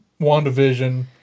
WandaVision